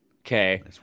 Okay